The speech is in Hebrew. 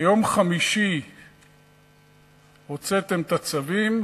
ביום חמישי הוצאתם את הצווים,